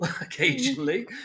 occasionally